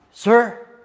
Sir